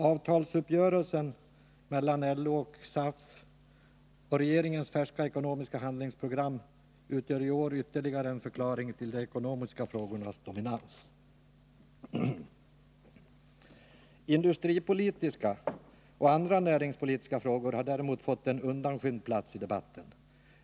Avtalsuppgörelsen mellan LO och SAF och regeringens färska ekonomiska handlingsprogram utgör i år ytterligare en förklaring till de ekonomiska frågornas dominans. Industripolitiska och andra näringspolitiska frågor har däremot fått en undanskymd plats i debatten.